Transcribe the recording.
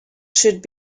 should